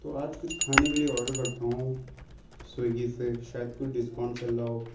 تو آج کچھ کھانے کے لیے آڈر کرتا ہوں سویگی سے شاید کچھ ڈسکاؤنٹ چل رہا ہو